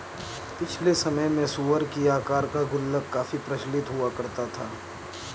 पिछले समय में सूअर की आकार का गुल्लक काफी प्रचलित हुआ करता था